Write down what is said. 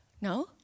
No